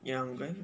ya I'm going